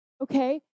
okay